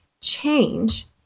change